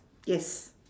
yes